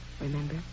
Remember